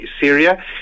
Syria